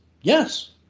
Yes